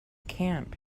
camp